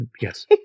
Yes